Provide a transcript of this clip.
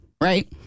Right